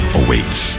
awaits